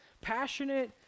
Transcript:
passionate